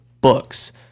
books